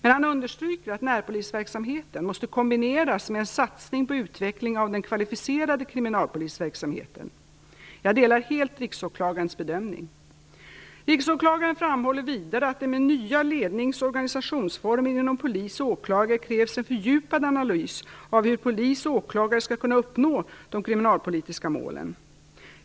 Men han understryker att närpolisverksamheten måste kombineras med en satsning på utveckling av den kvalificerade kriminalpolisverksamheten. Jag instämmer helt i Riksåklagarens bedömning. Riksåklagaren framhåller vidare att det med nya lednings och organisationsformer inom polis och åklagare krävs en fördjupad analys av hur polis och åklagare skall kunna uppnå de kriminalpolitiska målen.